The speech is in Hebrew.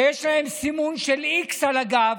שיש להם סימון של איקס על הגב.